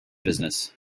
business